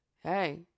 hey